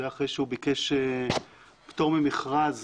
זה אחרי שהוא ביקש פטור ממכרז